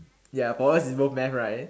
ya but what involve math right